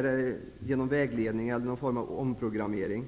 Skall man söka vägledning eller genomgå någon form av omprogrammering?